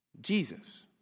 Jesus